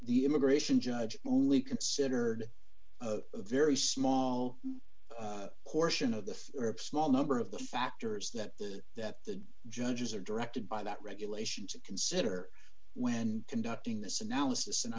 the immigration judge only considered a very small portion of the group small number of the factors that the that the judges are directed by that regulation to consider when conducting this analysis and i